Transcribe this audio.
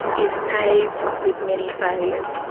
is paved with many failures.